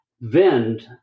vend